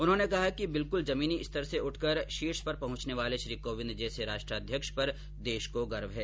उन्होंने कहा कि बिल्कुल जमीनी स्तर से उठकर शीर्ष पर पहुँचने वाले श्री कोविंद जैसे राष्ट्राध्यक्ष पर देश को गर्व है